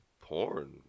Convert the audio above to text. porn